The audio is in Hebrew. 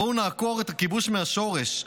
בואו נעקור את הכיבוש מהשורש,